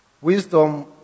Wisdom